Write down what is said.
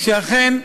שאכן,